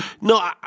No